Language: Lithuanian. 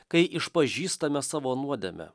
kai išpažįstame savo nuodėmę